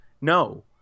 No